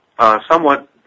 somewhat